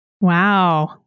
Wow